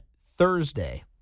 Thursday